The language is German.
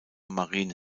marine